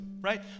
right